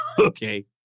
okay